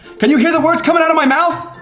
can you hear the words coming out of my mouth?